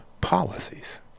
policies